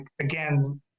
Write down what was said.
again